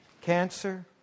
cancer